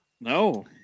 no